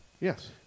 Yes